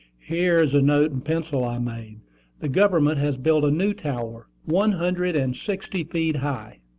here is a note in pencil i made the government has built a new tower, one hundred and sixty feet high